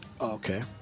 Okay